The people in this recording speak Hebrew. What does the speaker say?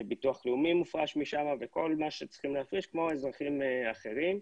ביטוח לאומי מופרש משם וכל מה שצריכים להפריש כמו אזרחים אחרים,